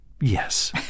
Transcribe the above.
Yes